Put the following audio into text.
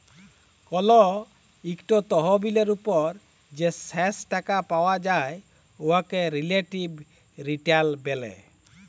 call ইকট তহবিলের উপর যে শেষ টাকা পাউয়া যায় উয়াকে রিলেটিভ রিটার্ল ব্যলে